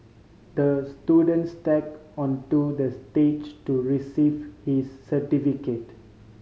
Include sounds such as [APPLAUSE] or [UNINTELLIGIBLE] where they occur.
the student [UNINTELLIGIBLE] onto the stage to receive his certificate